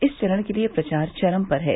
इस चरण के लिए प्रचार चरम पर है